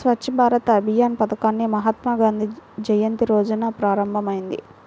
స్వచ్ఛ్ భారత్ అభియాన్ పథకాన్ని మహాత్మాగాంధీ జయంతి రోజున ప్రారంభమైంది